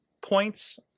points